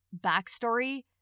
backstory